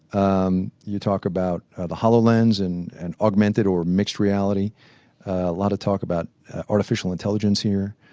um you talk about the hololens and and augmented or mixed reality, a lot of talk about artificial intelligence here,